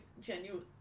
genuine